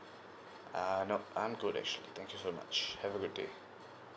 uh nope I'm good actually thank you so much have a good day